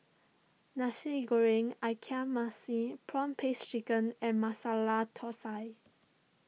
Nasi Goreng Ikan Masin Prawn Paste Chicken and Masala Thosai